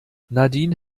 nadine